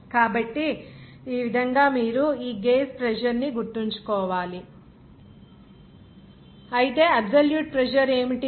కాబట్టి ఈ విధంగా మీరు గేజ్ ప్రెజర్ ని గుర్తుంచుకోవాలి అయితే అబ్సొల్యూట్ ప్రెజర్ ఏమిటి